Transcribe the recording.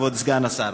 כבוד סגן השר.